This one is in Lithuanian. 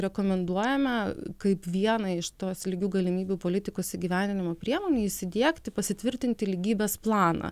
rekomenduojame kaip vieną iš tos lygių galimybių politikos įgyvendinimo priemonių įsidiegti pasitvirtinti lygybės planą